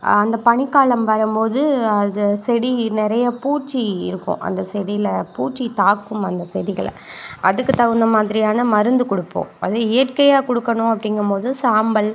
அந்த பனிக்காலம் வரும் போது அதை செடி நிறையா பூச்சி இருக்கும் அந்த செடியில் பூச்சி தாக்கும் அந்த செடிகளை அதுக்குத் தகுந்த மாதிரியான மருந்து கொடுப்போம் அது இயற்கையாக கொடுக்கணும் அப்படிங்கம்போது சாம்பல்